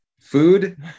food